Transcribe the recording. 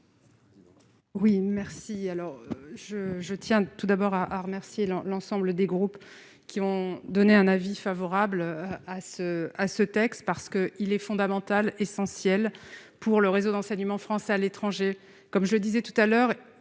Oui, merci, alors je je tiens tout d'abord à à remercier l'ensemble des groupes qui ont donné un avis favorable à ce à ce texte parce qu'il est fondamental, essentiel pour le réseau d'enseignement français à l'étranger, comme je le disais tout à l'heure,